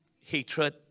hatred